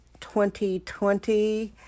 2020